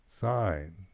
sign